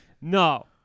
No